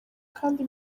kandi